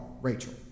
Rachel